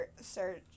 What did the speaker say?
search